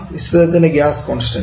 മിശ്രിതത്തിന്റെ gas constants